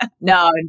No